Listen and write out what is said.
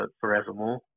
forevermore